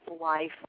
life